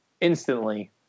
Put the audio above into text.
instantly